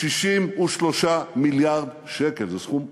63 מיליארד שקל, סכום עצום,